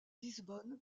lisbonne